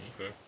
okay